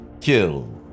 kill